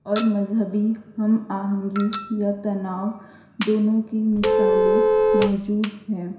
اور مذہبی ہم آہنگی یا تناؤ دونوں کی مثالیں موجود ہیں